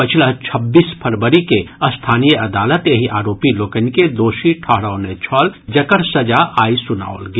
पछिला छब्बीस फरवरी के स्थानीय अदालत एहि आरोपी लोकनि के दोषी ठहरौने छल जकर सजा आइ सुनाओल गेल